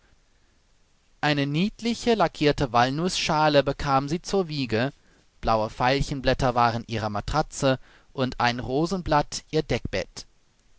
eine niedliche lackierte walnußschale bekam sie zur wiege blaue veilchenblätter waren ihre matratze und ein rosenblatt ihr